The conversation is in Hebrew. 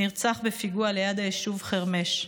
נרצח בפיגוע ליד היישוב חרמש.